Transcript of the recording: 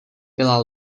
byla